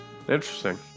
Interesting